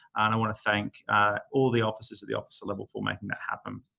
i want to thank all the officers at the officer level for making that happen.